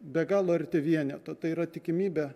be galo arti vieneto tai yra tikimybė